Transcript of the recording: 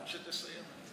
אוקיי, כשתסיים.